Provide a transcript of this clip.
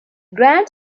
grand